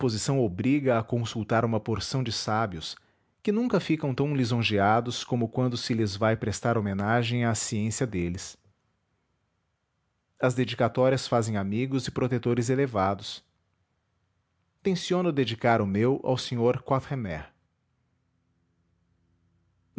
composição obriga a consultar uma porção de sábios que nunca ficam tão lisonjeados como quando se lhes vai prestar homenagem à ciência deles as dedicatórias fazem amigos e protetores elevados tenciono dedicar o meu ao sr quatremre